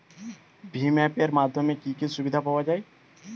ভিম app এর মাধ্যমে কি কি সুবিধা পাওয়া যায়?